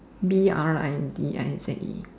B R I D I Z E